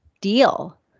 deal